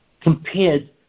compared